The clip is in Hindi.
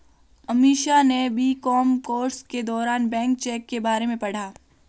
अमीषा ने बी.कॉम कोर्स के दौरान बैंक चेक के बारे में पढ़ा